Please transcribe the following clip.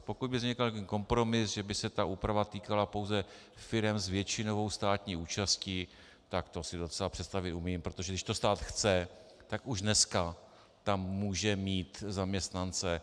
Pokud by vznikl nějaký kompromis, že by se ta úprava týkala pouze firem s většinovou státní účastí, tak to si docela představit umím, protože když to stát chce, tak už dneska tam může mít zaměstnance.